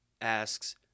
asks